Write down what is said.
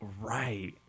right